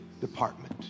department